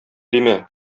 димә